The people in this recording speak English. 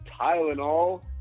Tylenol